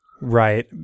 Right